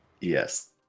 Yes